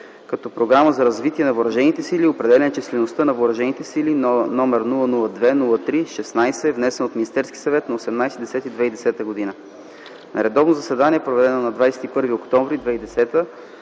като Програма за развитие на въоръжените сили и определяне числеността на въоръжените сили, № 002-03-16, внесен от Министерския съвет на 18 октомври 2010 г. На редовно заседание, проведено на 21 октомври 2010